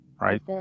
right